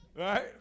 right